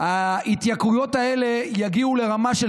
ההתייקרויות האלה יגיעו לרמה של